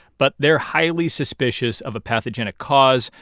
but they're highly suspicious of a pathogenic cause,